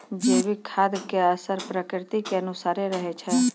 जैविक खाद के असर प्रकृति के अनुसारे रहै छै